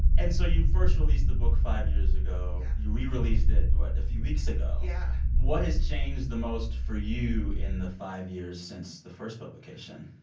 and so you first released the book five years ago yeah you rereleased it what? a few weeks ago yeah what has changed the most for you in the five years since the first publication?